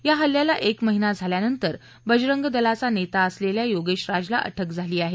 या हल्ल्याला एक महिना झाल्यानंतर बजरंग दलाचा नेता असलेल्या योगेश राजला अटक झाली आहेत